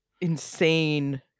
insane